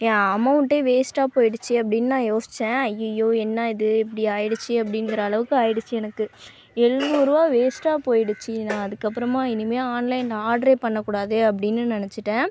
என் அமௌண்ட்டே வேஸ்ட்டாக போய்டுச்சு அப்படின்னு நான் யோசித்தேன் ஐய்யையோ என்ன இது இப்படி ஆகிடுச்சி அப்டிங்கிற அளவுக்கு ஆகிடுச்சி எனக்கு எழுநூறுபா வேஸ்டாக போய்டிச்சு நான் அதுக்கு அப்புறமா இனிமேல் ஆன்லைனில் ஆர்டரே பண்ண கூடாது அப்படின்னு நெனைச்சிட்டேன்